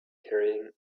carrying